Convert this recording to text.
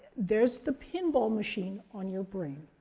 there's the pinball machine on your brain.